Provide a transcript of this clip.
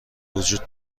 وجود